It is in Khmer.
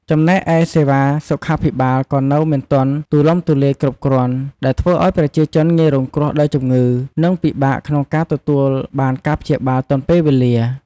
ចំណែកឯសេវាសុខាភិបាលក៏នៅមិនទាន់ទូលំទូលាយគ្រប់គ្រាន់ ដែលធ្វើឱ្យប្រជាជនងាយរងគ្រោះដោយជំងឺ និងពិបាកក្នុងការទទួលបានការព្យាបាលទាន់ពេលវេលា។